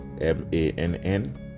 m-a-n-n